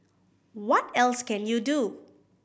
what else can you do